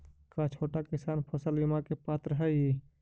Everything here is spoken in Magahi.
का छोटा किसान फसल बीमा के पात्र हई?